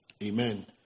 Amen